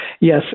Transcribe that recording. yes